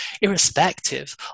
irrespective